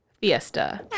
fiesta